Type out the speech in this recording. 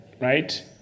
right